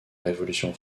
révolution